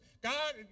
God